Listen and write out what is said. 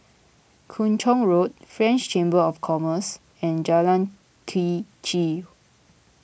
Kung Chong Road French Chamber of Commerce and Jalan Quee Chew